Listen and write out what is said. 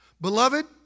Beloved